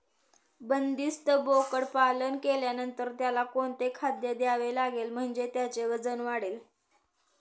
बंदिस्त बोकडपालन केल्यानंतर त्याला कोणते खाद्य द्यावे लागेल म्हणजे त्याचे वजन वाढेल?